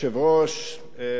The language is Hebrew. חברי הכנסת,